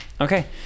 Okay